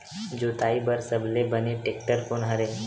जोताई बर सबले बने टेक्टर कोन हरे?